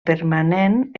permanent